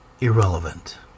irrelevant